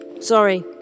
Sorry